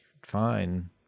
fine